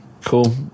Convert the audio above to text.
Cool